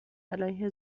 علیه